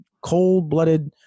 cold-blooded